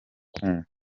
kumva